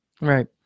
Right